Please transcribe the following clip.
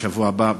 בשבוע הבא,